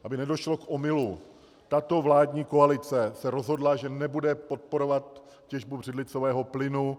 Aby nedošlo k omylu, tato vládní koalice se rozhodla, že nebude podporovat těžbu břidlicového plynu.